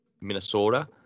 Minnesota